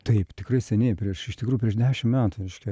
taip tikrai seniai prieš iš tikrųjų prieš dešim metų reiškia